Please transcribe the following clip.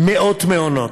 מאות מעונות,